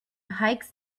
hikes